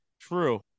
True